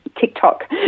TikTok